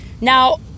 Now